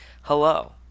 Hello